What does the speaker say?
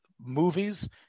movies